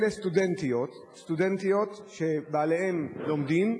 סטודנטיות שבעליהן לומדים,